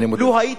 אני מודה לך.